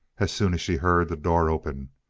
as soon as she heard the door open.